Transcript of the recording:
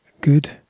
Good